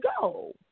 go